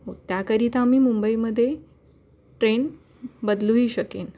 हो त्याकरिता मी मुंबईमध्ये ट्रेन बदलूही शकेन